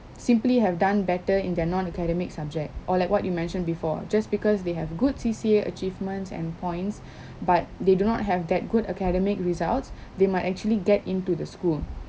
simply have done better in their non academic subject or like what you mentioned before just because they have good C_C_A achievements and points but they do not have that good academic results they might actually get into the school